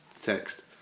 text